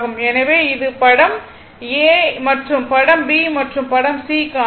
எனவே இது படம் a மற்றும் படம் b மற்றும் படம் c க்கு ஆனது